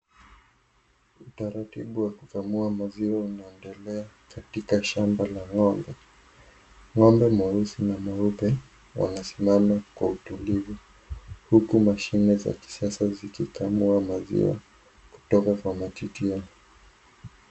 Utaratibu wa kukamua maziwa unaendelea, katika shamba la ng'ombe.Ng'ombe mweusi na muepe, wamesimama kwa utulivu huku mashine za kisasa zikikamua maziwa kutoka kwenye matiti.